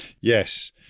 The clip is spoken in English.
Yes